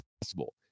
possible